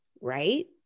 right